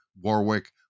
Warwick